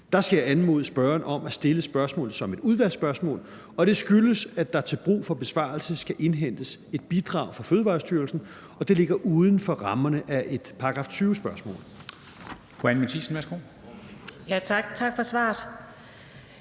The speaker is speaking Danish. jeg anmode spørgeren om at stille spørgsmålet som et udvalgsspørgsmål, og det skyldes, at der til brug for besvarelsen skal indhentes et bidrag fra Fødevarestyrelsen, og det ligger uden for rammerne af et § 20-spørgsmål.